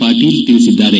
ಪಾಟೀಲ್ ತಿಳಿಸಿದ್ದಾರೆ